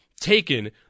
taken